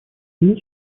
союз